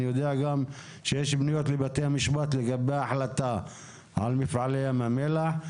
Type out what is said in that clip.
אני יודע גם שיש פניות לבתי המשפט לגבי ההחלטה על מפעלי ים המלח,